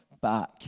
back